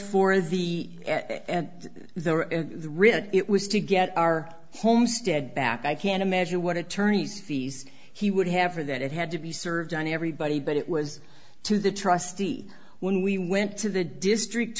for the writ it was to get our homestead back i can't imagine what a tourney fees he would have or that it had to be served on everybody but it was to the trustee when we went to the district